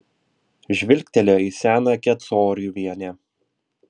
žvilgtelėjo į senąją kecoriuvienę